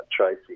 Tracy